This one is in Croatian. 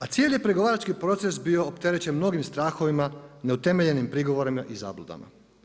A cijeli je pregovarački proces opterećen mnogim strahovima, neutemeljenim prigovorima i zabludama.